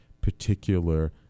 particular